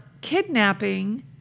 kidnapping